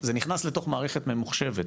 זה נכנס לתוך מערכת ממוחשבת,